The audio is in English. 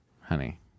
Honey